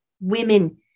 women